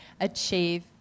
achieve